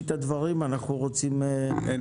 אין